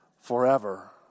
forever